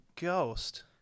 ghost